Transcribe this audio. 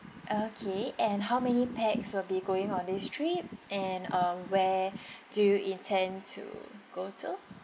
okay and how many pax will be going on this trip and uh where do you intend to go to